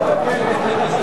נתקבלו.